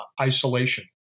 isolation